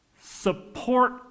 support